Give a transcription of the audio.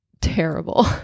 Terrible